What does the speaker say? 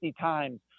times